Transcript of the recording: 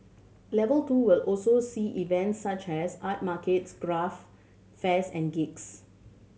level two will also see events such as art markets craft fairs and gigs